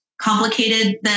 complicated